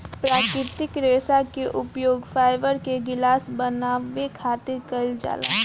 प्राकृतिक रेशा के उपयोग फाइबर के गिलास बनावे खातिर कईल जाला